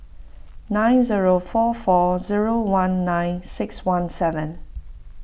nine zero four four zero one nine six one seven